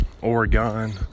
Oregon